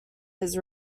his